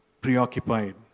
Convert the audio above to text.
preoccupied